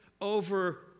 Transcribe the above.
over